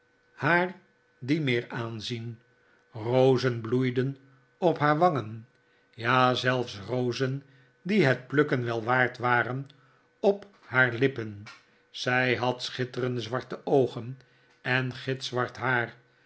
haar dien meer aanzien rozen bloeiden op haar wangen ja zelfs rozen die het plukken wel waard waren op haar lippen zij had schitterende zwarte oogen en gitzwart haar